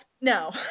No